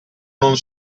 non